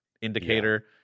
indicator